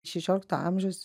šešiolikto amžiaus